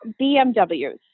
bmws